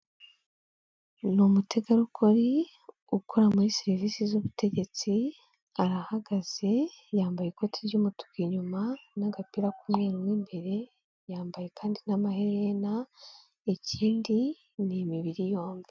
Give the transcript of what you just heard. Ni umutegarugori ukora muri serivisi z'ubutegetsi, arahagaze yambaye ikoti ry'umutuku inyuma n'agapira k'umweru mo imbere, yambaye kandi n'amaherena, ikindi ni imibiri yombi.